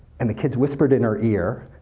and the kids whispered in her ear,